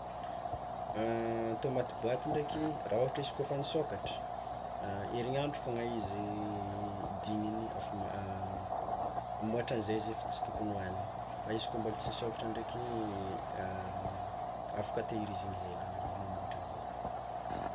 Tômaty boaty ndraiky, raha ôhatry izy koa fa nisôkatra, herignandro foagna izy digniny afa mihoatran'izay izy fa tsy tokony hoanina, fa izy koa mbola tsy nisôkatra ndraiky afaka tehirizigny hela na mihoatran'izay.